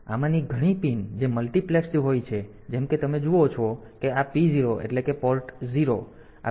તેથી આમાંની ઘણી પિન કે જે મલ્ટિપ્લેક્સ્ડ હોય છે જેમ કે તમે જુઓ છો કે આ P0 એટલે કે પોર્ટ 0 આ પિન નંબર 32 થી 39 પર છે